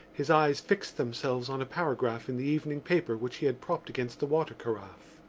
his eyes fixed themselves on a paragraph in the evening paper which he had propped against the water-carafe.